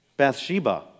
Bathsheba